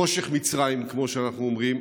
חושך מצרים, כמו שאנחנו אומרים.